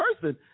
person